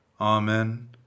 Amen